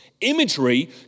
Imagery